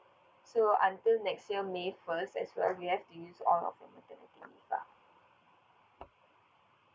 so until next year may first as well you have to use all your maternity leave lah